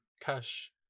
cash